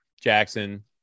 Jackson